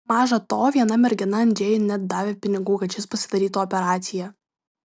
maža to viena mergina andžejui net davė pinigų kad šis pasidarytų operaciją